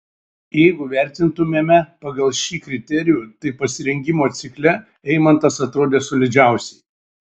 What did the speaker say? jeigu vertintumėme pagal šį kriterijų tai pasirengimo cikle eimantas atrodė solidžiausiai